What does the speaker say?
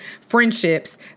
friendships